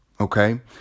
Okay